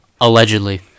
Allegedly